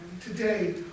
today